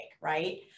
right